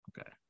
Okay